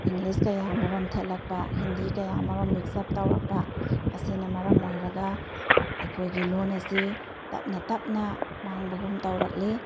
English ꯀꯌꯥ ꯑꯃꯔꯣꯝ ꯊꯦꯠꯂꯛꯄ ꯍꯤꯟꯗꯤ ꯀꯌꯥ ꯑꯃꯔꯣꯝ ꯃꯤꯛꯁ ꯑꯞ ꯇꯧꯔꯛꯄ ꯑꯁꯤꯅ ꯃꯔꯝ ꯑꯣꯏꯔꯒ ꯑꯩꯈꯣꯏꯒꯤ ꯂꯣꯟ ꯑꯁꯤ ꯇꯞꯅ ꯇꯞꯅ ꯃꯥꯡꯕꯒꯨꯝ ꯇꯧꯔꯛꯂꯤ